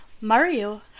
Mario